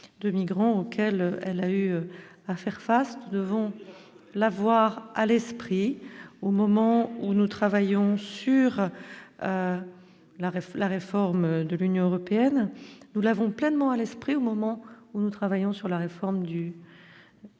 de migrants auxquels elle a eu à faire face devant l'avoir à l'esprit, au moment où nous travaillons sur la réforme, la réforme de l'Union européenne, nous l'avons pleinement à l'esprit, au moment où nous travaillons sur la réforme du